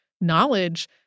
knowledge